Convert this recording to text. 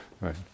right